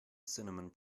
cinnamon